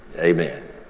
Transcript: amen